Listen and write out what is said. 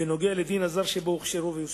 בנוגע לדין הזר שבו הוכשרו והוסמכו.